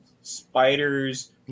spiders